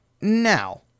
Now